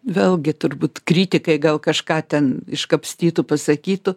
vėlgi turbūt kritikai gal kažką ten iškapstytų pasakytų